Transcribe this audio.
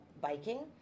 biking